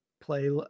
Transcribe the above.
play